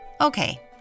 Okay